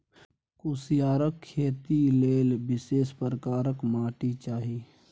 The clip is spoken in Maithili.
कुसियारक खेती लेल विशेष प्रकारक माटि चाही